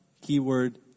keyword